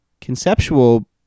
conceptual